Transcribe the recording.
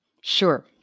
sure